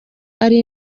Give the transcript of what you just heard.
ari